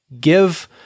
give